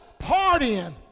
partying